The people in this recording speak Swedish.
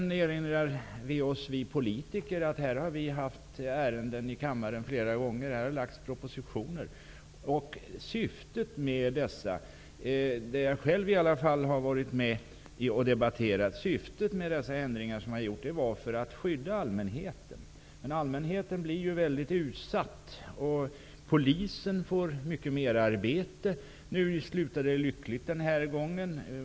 Vi erinrar oss också som politiker att vi flera gånger har behandlat propositioner i kammaren med förslag till ändringar syftande till att skydda allmänheten. Allmänheten blir mycket utsatt i ett sådant här fall, och polisen får mycket merarbete. Nu slutade det lyckligt den här gången.